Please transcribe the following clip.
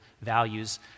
values